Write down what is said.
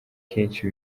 kenshi